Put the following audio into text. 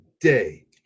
day